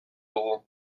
dugu